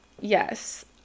yes